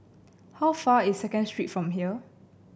how far is Second Street from here